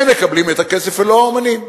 הם מקבלים את הכסף ולא האמנים.